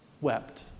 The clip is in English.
wept